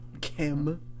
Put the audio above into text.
Kim